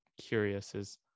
curious—is